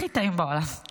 הכי טעים בעולם.